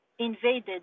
invaded